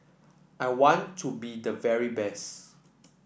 I want to be the very best